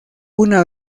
una